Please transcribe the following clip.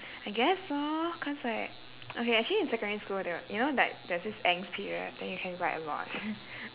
I guess so cause like okay actually in secondary school there you know like there's this angst period then you can write a lot